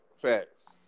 Facts